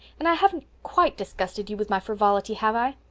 and i haven't quite disgusted you with my frivolity, have i?